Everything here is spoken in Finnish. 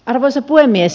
arvoisa puhemies